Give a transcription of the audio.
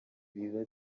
biba